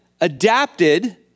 adapted